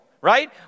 Right